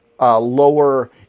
lower